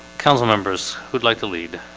council members would like to lead